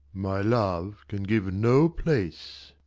my love can give no place,